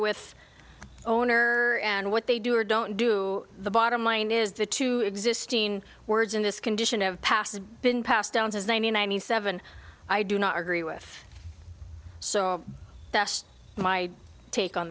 with owner and what they do or don't do the bottom line is the two existing words in this condition of past has been passed down as ninety ninety seven i do not agree with so best my take on